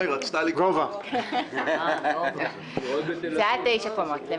זה עד 9 קומות.